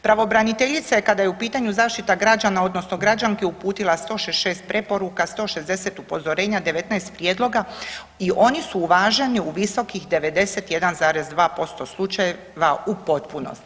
Pravobraniteljica je kada je u pitanju zaštita građana odnosno građanki uputila 166 preporuka, 160 upozorenja, 19 prijedloga i oni su uvaženi u visokih 91,2% slučajeva u potpunosti.